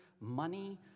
money